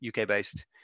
uk-based